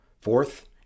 Fourth